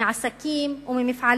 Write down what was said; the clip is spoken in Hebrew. מעסקים וממפעלים,